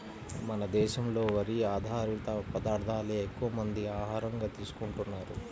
మన దేశంలో వరి ఆధారిత పదార్దాలే ఎక్కువమంది ఆహారంగా తీసుకుంటన్నారు